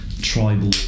tribal